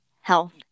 health